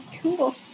Cool